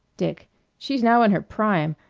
dick she's now in her prime.